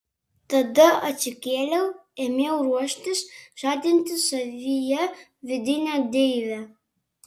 tada atsikėliau ėmiau ruoštis žadinti savyje vidinę deivę